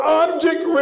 object